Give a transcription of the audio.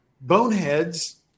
boneheads